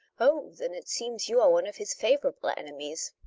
oh, then it seems you are one of his favourable enemies.